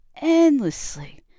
endlessly